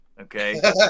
okay